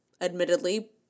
admittedly